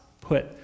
put